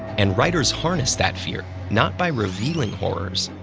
and writers harness that fear not by revealing horrors,